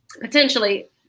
potentially